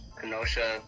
Kenosha